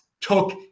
took